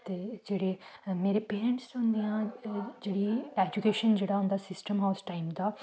ते जेह्ड़े मेरे पेरेंट्स न उं'दियां जेह्ड़ी ऐजुकेशन जेह्ड़ा उं'दा सिस्टम हा उस टाइम दा